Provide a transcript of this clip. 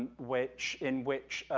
which, in which,